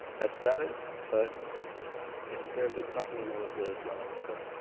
that's about it but yes there was a truss in the middle of field as well but